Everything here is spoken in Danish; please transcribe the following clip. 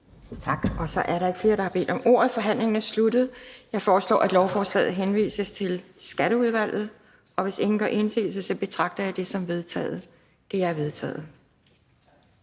det. Så er der ikke flere, der har bedt om ordet, og forhandlingen er sluttet. Jeg foreslår, at forslaget henvises til Skatteudvalget. Hvis ingen gør indsigelse, betragter jeg det som vedtaget. Det er vedtaget.